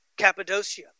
Cappadocia